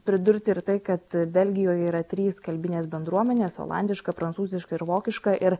pridurti ir tai kad belgijoje yra trys kalbinės bendruomenės olandiška prancūziška ir vokiška ir